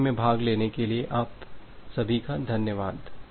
पाठ्यक्रम में भाग लेने के लिए आप सभी का धन्यवाद